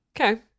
Okay